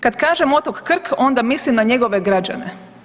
Kad kažem otok Krk, onda mislim na njegove građane.